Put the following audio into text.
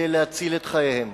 כדי להציל את חייהם.